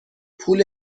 پول